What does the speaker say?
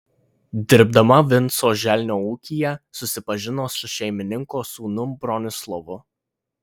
dirbdama vinco želnio ūkyje susipažino su šeimininko sūnum bronislovu